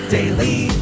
Daily